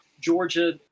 Georgia